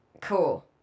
Cool